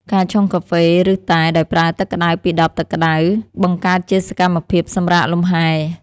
ការឆុងកាហ្វេ ឬតែដោយប្រើទឹកក្តៅពីដបទឹកក្តៅ បង្កើតជាសកម្មភាពសម្រាកលម្ហែ។